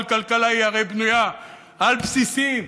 כל כלכלה הרי בנויה על בסיסים,